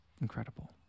Incredible